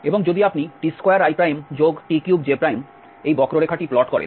এবং যদি আপনি t2it3j এই বক্ররেখাটি প্লট করেন